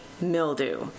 mildew